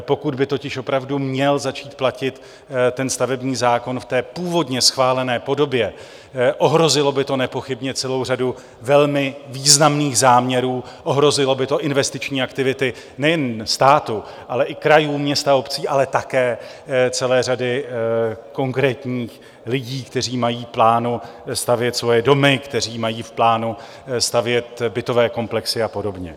Pokud by totiž opravdu měl začít platit stavební zákon v původně schválené podobě, ohrozilo by to nepochybně celou řadu velmi významných záměrů, ohrozilo by to investiční aktivity nejen státu, ale i krajů, měst a obcí, ale také celou řadu konkrétních lidí, kteří mají v plánu stavět svoje domy, kteří mají v plánu stavět bytové komplexy a podobně.